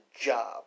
job